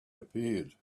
appeared